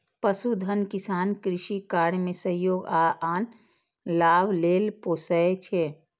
पशुधन किसान कृषि कार्य मे सहयोग आ आन लाभ लेल पोसय छै